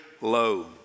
low